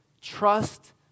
trust